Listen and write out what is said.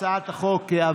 נגד 32. הצעת החוק עברה.